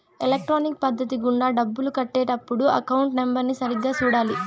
electronic పద్ధతి గుండా డబ్బులు కట్టే టప్పుడు అకౌంట్ నెంబర్ని సరిగ్గా సూడాలి